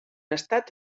estat